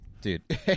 Dude